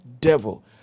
devil